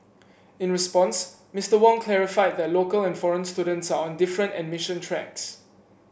in response Mister Wong clarified that local and foreign students are on different admission tracks